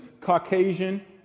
caucasian